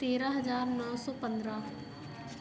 तेरह हज़ार नौ सौ पन्द्रह